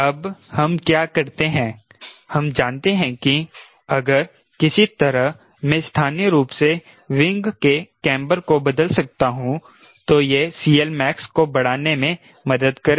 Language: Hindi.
अब हम क्या करते हैं हम जानते हैं कि अगर किसी तरह मैं स्थानीय रूप से विंग के कैम्बर को बदल सकता हूं तो यह CLmax को बढ़ाने में मदद करेगा